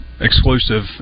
exclusive